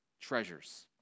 treasures